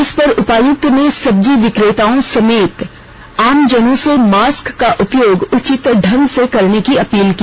इसपर उपायुक्त ने सब्जी बिक्रेताओं समेत आमजनों से मास्क का उपयोग उचित ढंग से करने की अपील की